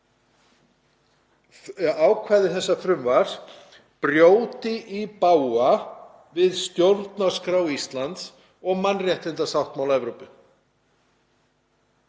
að ákvæði þessa frumvarps brjóti í bága við stjórnarskrá Íslands og mannréttindasáttmála Evrópu.